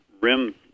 RIM